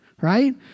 right